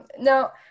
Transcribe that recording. now